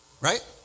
Right